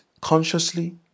consciously